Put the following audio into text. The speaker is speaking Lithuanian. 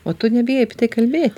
o tu nebijai apie kalbėti